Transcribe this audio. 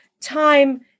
time